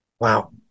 Wow